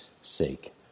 sake